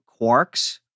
quarks